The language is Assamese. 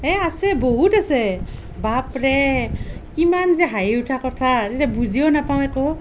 এই আছে বহুত আছে বাপৰে কিমান যে হাঁহি উঠা কথা তেতিয়া বুজিও নাপাওঁ একো